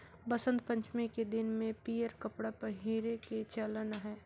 बसंत पंचमी के दिन में पीयंर कपड़ा पहिरे के चलन अहे